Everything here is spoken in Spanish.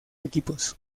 equipos